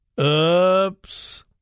Oops